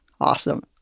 awesome